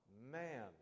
man